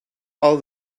all